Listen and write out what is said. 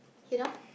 you know